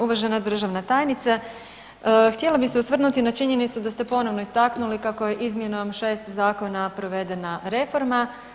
Uvažena državna tajnice, htjela bi se osvrnuti na činjenicu da ste ponovo istaknuli kako je izmjenom šest zakona provedena reforma.